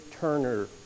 Turner